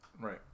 Right